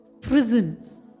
prisons